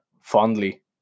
fondly